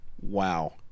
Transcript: Wow